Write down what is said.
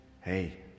hey